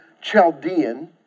Chaldean